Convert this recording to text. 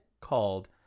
called